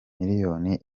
miliyoni